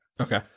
Okay